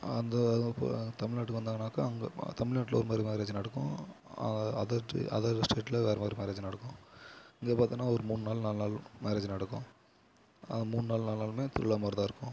அந்த தமிழ்நாட்டுக்கு வந்தாங்கன்னாக்கா அங்கே தமிழ்நாட்ல ஒரு மாதிரி மேரேஜ் நடக்கும் அதர் ஸ்டே அதர் ஸ்டேட்டில் வேறு மாதிரி மேரேஜ் நடக்கும் இங்கே பார்த்தோம்னா ஒரு மூணு நாள் நாலு நாள் மேரேஜ் நடக்கும் அந்த மூணு நாள் நாலு நாளுமே திருவிழா மாதிரி தான் இருக்கும்